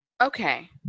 Okay